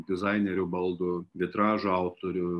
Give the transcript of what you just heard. dizainerių baldų vitražų autorių